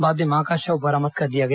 बाद में मां का शव बरामद कर लिया गया